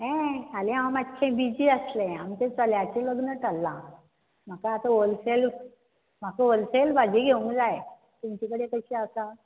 हें फाल्यां हांव मातशे बिझी आसलें आमच्या चलयाचें लग्न थरलां म्हाका आतां होलसेल म्हाका होलसेल भाजी घेवंक जाय तुमचे कडेन कशी आसा